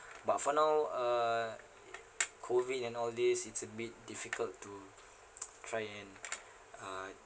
but for now uh COVID and all these it's a bit difficult to try and uh